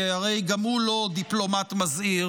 כי הרי גם הוא לא דיפלומט מזהיר: